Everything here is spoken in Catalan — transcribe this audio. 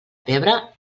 pebre